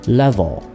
level